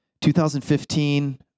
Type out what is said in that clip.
2015